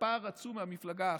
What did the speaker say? בפער עצום מהמפלגה האחרת,